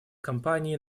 кампании